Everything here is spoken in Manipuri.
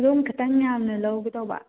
ꯑꯗꯨꯝ ꯈꯇꯪ ꯌꯥꯝꯅ ꯂꯧꯒꯦ ꯇꯧꯕ